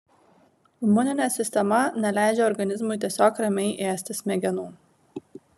imuninė sistema neleidžia organizmui tiesiog ramiai ėsti smegenų